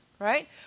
Right